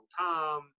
time